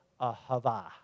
ahava